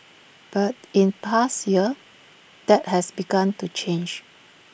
but in past year that has begun to change